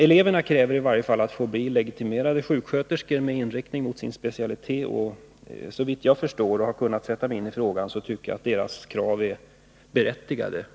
Eleverna kräver i varje fall att få bli legitimerade sjuksköterskor med inriktning mot sin specialitet. Såvitt jag förstår efter att ha försökt sätta mig in i frågan är deras krav berättigade.